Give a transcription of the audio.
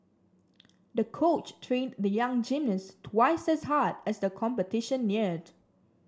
the coach trained the young gymnast twice as hard as the competition neared